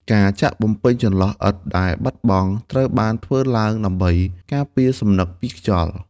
ការចាក់បំពេញចន្លោះឥដ្ឋដែលបាត់បង់ ត្រូវបានធ្វើឡើងដើម្បីការពារសំណឹកពីខ្យល់។